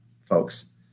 folks